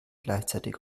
gleichzeitig